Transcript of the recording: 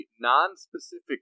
non-specific